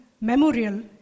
Memorial